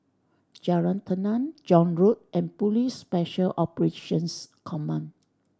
Jalan Tenang John Road and Police Special Operations Command